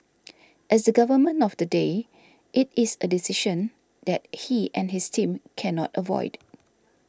as the Government of the day it is a decision that he and his team cannot avoid